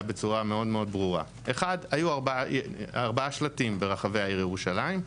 בצורה מאוד ברורה: היו ארבעה שלטים ברחבי העיר ירושלים,